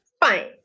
Fine